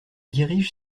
dirige